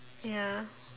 ya